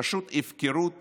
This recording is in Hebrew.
פשוט הפקרות